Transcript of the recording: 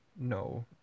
No